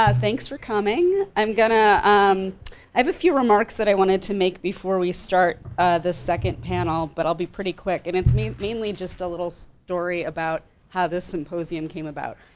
ah thanks for coming, i'm gonna, um i have a few remarks that i wanted to make before we start the second panel, but i'll be pretty quick. and it's i mean mainly just a little story about how this symposium came about.